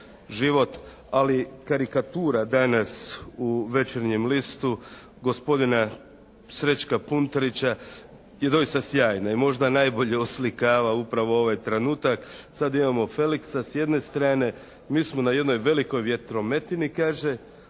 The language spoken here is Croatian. Ali karikatura danas u "Večernjem listu" gospodina Srećka Puntarića je doista sjajna i možda najbolje oslikava upravo ovaj trenutak. Sad imamo Felixa s jedne strane. Mi smo na jednoj velikoj vjetrometini kaže.